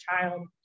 child